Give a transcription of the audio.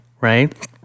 right